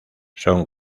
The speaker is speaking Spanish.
son